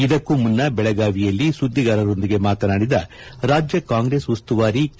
ಇದಕ್ಕೂ ಮುನ್ನ ಬೆಳಗಾವಿಯಲ್ಲಿ ಸುದ್ನಿಗಾರರೊಂದಿಗೆ ಮಾತನಾಡಿದ ರಾಜ್ಯ ಕಾಂಗ್ರೆಸ್ ಉಸ್ತುವಾರಿ ಕೆ